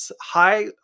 high